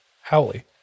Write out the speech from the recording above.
Howley